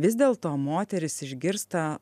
vis dėlto moterys išgirsta